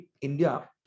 India